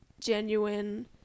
genuine